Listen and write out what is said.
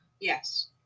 Yes